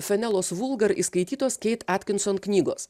fenelos vulgar įskaitytos keit atkinson knygos